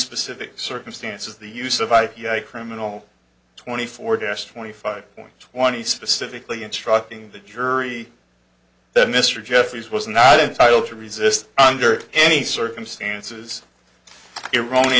specific circumstances the use of i p i criminal twenty four dash twenty five point twenty specifically instructing the jury that mr jeffreys was not entitled to resist under any circumstances i